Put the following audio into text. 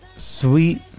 Sweet